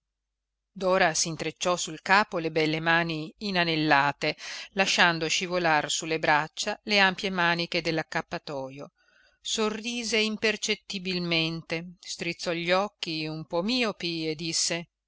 gente dora s'intrecciò sul capo le belle mani inanellate lasciando scivolar su le braccia le ampie maniche dell'accappatojo sorrise impercettibilmente strizzò gli occhi un po miopi e disse